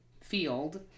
field